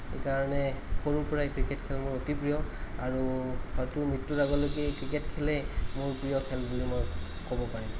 সেইকাৰণে সৰুৰ পৰাই ক্ৰিকেট খেল মোৰ অতি প্ৰিয় আৰু হয়তো মৃত্যুৰ আগলৈকে এই ক্ৰিকেট খেলে মোৰ প্ৰিয় খেল বুলি মই ক'ব পাৰিম